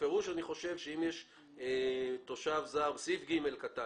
בפירוש אני חושב שאם יש תושב חוץ בסעיף 25ב(ג)